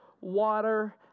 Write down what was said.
water